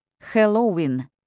Halloween